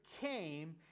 came